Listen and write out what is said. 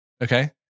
Okay